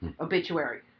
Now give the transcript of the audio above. obituary